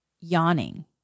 yawning